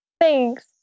Thanks